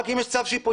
רק אם יש צו שיפוטי.